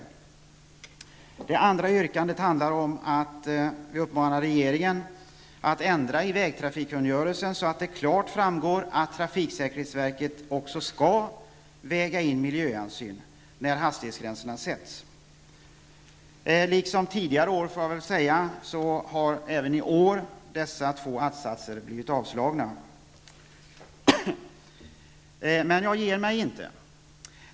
I det andra yrkandet uppmanas regeringen att ändra i vägtrafikkungörelsen så att det klart framgår att trafiksäkerhetsverket också skall väga in miljöhänsyn när hastighetsgränserna sätts. Liksom tidigare år har även i år dessa två att-satser blivit avstyrkta. Men jag ger mig inte.